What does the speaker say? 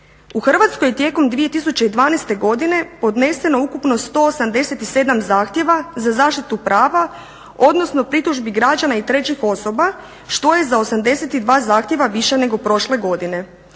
U Hrvatskoj tijekom 2012. godine podneseno je ukupno 187 zahtjeva za zaštitu prava, odnosno pritužbi građana i trećih osoba što je za 82 zahtjeva više nego prošle godine.